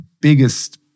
biggest